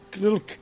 little